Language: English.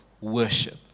worship